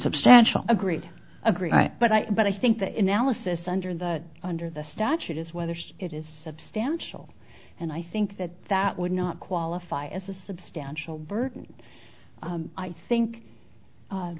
substantial agreed agreed but i but i think the analysis under that under the statute is whether it is substantial and i think that that would not qualify as a substantial burden i think